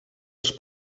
els